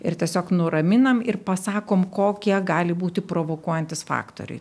ir tiesiog nuraminam ir pasakom kokie gali būti provokuojantys faktoriai